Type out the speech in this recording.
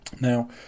Now